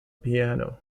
piano